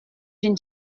d’une